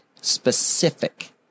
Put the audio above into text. specific